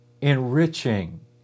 enriching